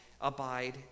abide